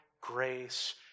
grace